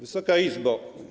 Wysoka Izbo!